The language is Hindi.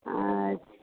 अच्छा